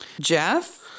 Jeff